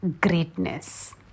greatness